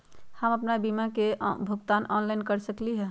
हम अपन बीमा के भुगतान ऑनलाइन कर सकली ह?